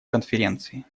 конференции